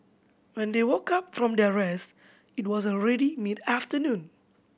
when they woke up from their rest it was already mid afternoon